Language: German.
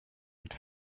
mit